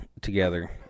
together